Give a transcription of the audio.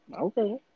Okay